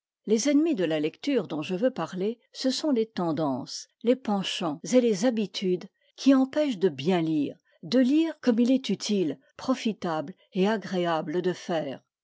les ennemis de la lecture dont je veux parler ce sont les tendances les penchants et les habitudes qui empêchent de bien lire de lire comme il est utile profitable et agréable de faire